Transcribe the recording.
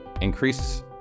increase